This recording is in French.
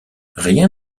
rien